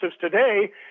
today